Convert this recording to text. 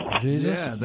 Jesus